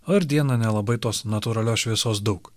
o ir dieną nelabai tos natūralios šviesos daug